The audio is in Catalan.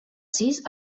sis